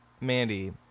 Mandy